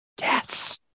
Yes